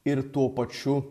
ir tuo pačiu